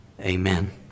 Amen